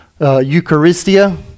Eucharistia